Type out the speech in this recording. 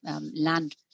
land